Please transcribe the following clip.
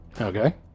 Okay